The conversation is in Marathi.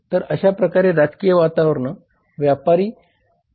तर अशा प्रकारे राजकीय वातावरण व्यापारी वातावरणावर परिणाम करत आहे